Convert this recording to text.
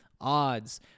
odds